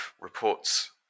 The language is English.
reports